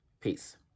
Peace